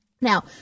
Now